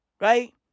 Right